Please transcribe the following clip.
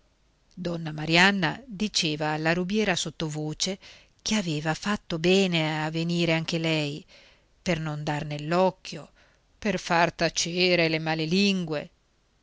donna marianna diceva alla rubiera sottovoce che aveva fatto bene a venire anche lei per non dar nell'occhio per far tacere le